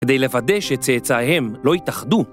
כדי לוודא שצאצאיהם לא יתאחדו.